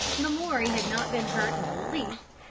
lamoury had not been hurt in the least,